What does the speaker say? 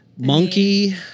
Monkey